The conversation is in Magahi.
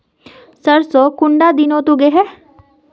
सरसों कुंडा दिनोत उगैहे?